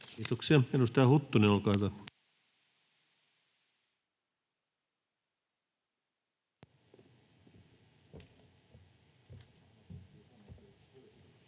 Kiitoksia. — Edustaja Huttunen, olkaa hyvä.